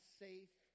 safe